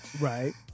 right